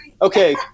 Okay